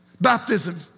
baptism